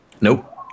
Nope